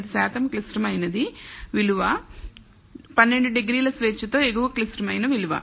5 శాతం క్లిష్టమైనది విలువ 12 డిగ్రీల స్వేచ్ఛతో ఎగువ క్లిష్టమైన విలువ